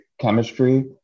chemistry